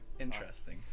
Interesting